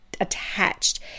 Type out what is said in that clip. attached